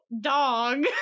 dog